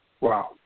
Wow